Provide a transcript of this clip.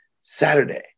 Saturday